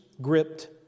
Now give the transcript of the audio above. gripped